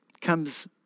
comes